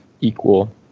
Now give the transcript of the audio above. equal